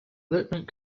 lieutenant